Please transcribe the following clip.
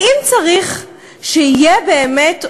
האם צריך שיהיה באמת,